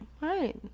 Right